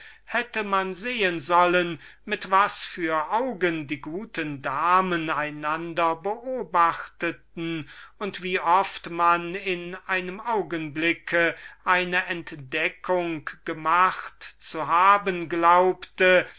hätte man sehen sollen mit was für augen die guten damen einander beobachteten und wie oft man in einem augenblicke eine entdeckung gemacht zu haben glaubte